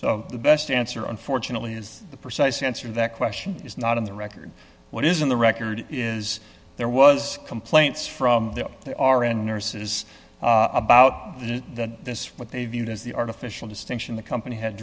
so the best answer unfortunately is the precise answer that question is not on the record what is in the record is there was complaints from there they are and nurses about that this what they viewed as the artificial distinction the company had